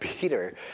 Peter